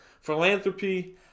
philanthropy